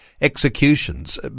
executions